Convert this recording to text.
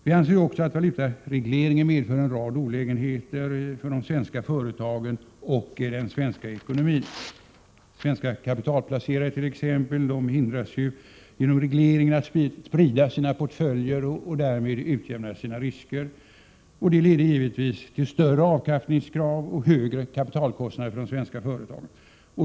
Vi anser vidare också att valutaregleringen medför en rad olägenheter för de svenska företagen och den svenska ekonomin. T.ex. hindras svenska kapitalplacerare genom regleringen att sprida sina portföljer och därmed utjämna riskerna. Det leder givetvis till större avkastningskrav och högre kapitalkostnader för de svenska företagen.